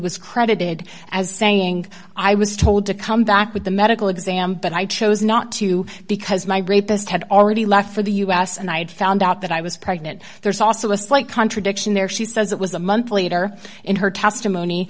was credited as saying i was told to come back with a medical exam but i chose not to because my rapist had already left for the us and i had found out that i was pregnant there's also a slight contradiction there she says it was a month later in her testimony